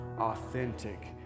authentic